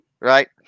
Right